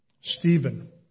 Stephen